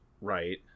right